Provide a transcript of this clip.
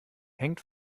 hängt